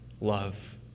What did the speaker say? love